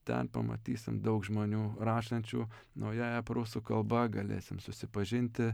ten pamatysim daug žmonių rašančių naująja prūsų kalba galėsim susipažinti